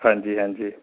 हांजी हांजी